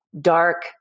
dark